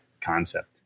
concept